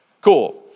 cool